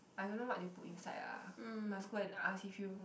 I don't know what they put inside ah must go and ask if you